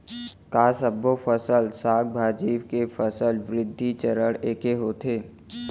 का सबो फसल, साग भाजी के फसल वृद्धि चरण ऐके होथे?